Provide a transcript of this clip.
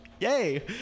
Yay